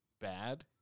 bad